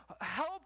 help